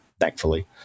thankfully